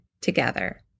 together